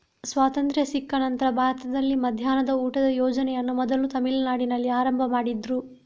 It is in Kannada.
ಸ್ವಾತಂತ್ರ್ಯ ಸಿಕ್ಕ ನಂತ್ರ ಭಾರತದಲ್ಲಿ ಮಧ್ಯಾಹ್ನದ ಊಟದ ಯೋಜನೆಯನ್ನ ಮೊದಲು ತಮಿಳುನಾಡಿನಲ್ಲಿ ಆರಂಭ ಮಾಡಿದ್ರು